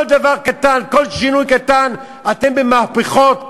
כל דבר קטן, כל שינוי קטן, אתם במהפכות.